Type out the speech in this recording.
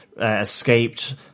escaped